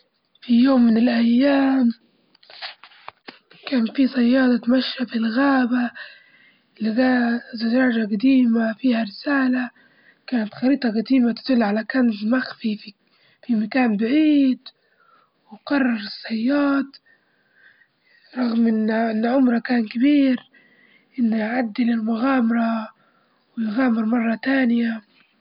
في يوم من الأيام، كان في صياد يتمشى في الغابة لجى زجاجة جديمة فيها رسالة كانت خريطة جديمة تدل على كنز مخفي في مكان بعيد، وقرر الصياد رغم إن عمره كان كبير إنه يعدي للمغامرة ويغامر مرة تانية.